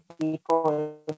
people